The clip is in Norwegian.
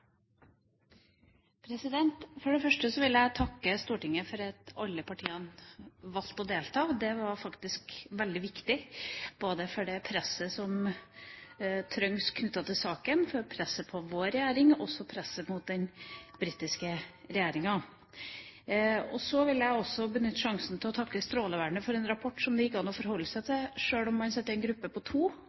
For det første vil jeg takke Stortinget for at alle partiene på Stortinget valgte å delta. Det var faktisk veldig viktig. Var det for det presset som trengs knyttet til saken, for presset på vår regjering og presset mot den britiske regjeringa? Så vil jeg også benytte sjansen til å takke Strålevernet for en rapport som det gikk an å forholde seg til, sjøl om man sitter i en gruppe på to.